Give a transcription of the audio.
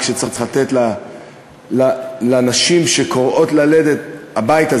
שצריך לתת לנשים שכורעות ללדת ללכת הביתה.